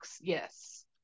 Yes